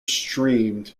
streamed